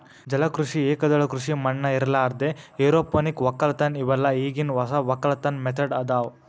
ಜಲ ಕೃಷಿ, ಏಕದಳ ಕೃಷಿ ಮಣ್ಣ ಇರಲಾರ್ದೆ ಎರೋಪೋನಿಕ್ ವಕ್ಕಲತನ್ ಇವೆಲ್ಲ ಈಗಿನ್ ಹೊಸ ವಕ್ಕಲತನ್ ಮೆಥಡ್ ಅದಾವ್